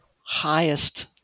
highest